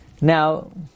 Now